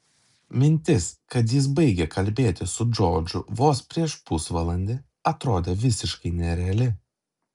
mintis kad jis baigė kalbėti su džordžu vos prieš pusvalandį atrodė visiškai nereali